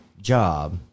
job